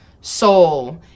soul